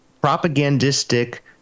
propagandistic